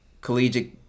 collegiate